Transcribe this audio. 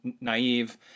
naive